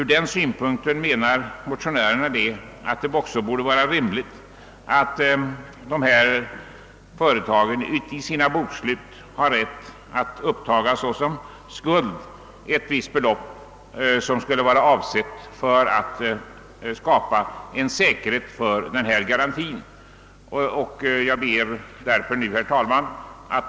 Reservanterna menar att det borde vara rimligt att sådana företag får rätt att i sina bokslut som skuld uppta ett visst belopp, avsett att skapa säkerhet för denna garanti. Herr talman!